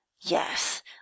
Yes